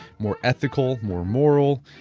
more ethical, more moral,